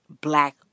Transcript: black